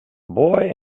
boy